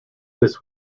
this